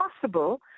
possible